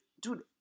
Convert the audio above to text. Dude